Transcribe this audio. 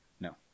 No